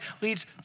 leads